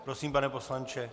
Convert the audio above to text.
Prosím, pane poslanče.